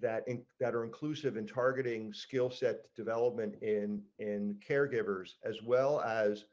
that think that are inclusive and targeting skill-set development in in caregivers as well as